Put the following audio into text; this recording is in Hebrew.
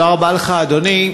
תודה רבה לך, אדוני.